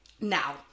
Now